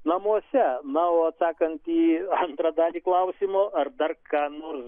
namuose na o atsakant į antrą dalį klausimo ar dar ką nors